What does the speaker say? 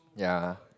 ya